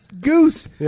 goose